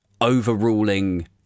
overruling